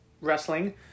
wrestling